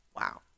Wow